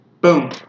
Boom